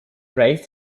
raised